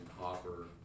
copper